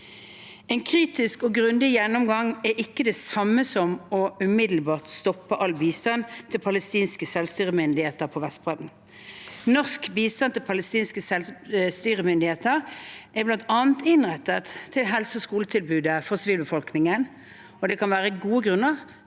En kritisk og grundig gjennomgang er ikke det samme som umiddelbart å stoppe all bistand til palestinske selvstyremyndigheter på Vestbredden. Norsk bistand til palestinske selvstyremyndigheter er bl.a. innrettet til helse- og skoletilbudet for sivilbefolkningen, og det kan være gode grunner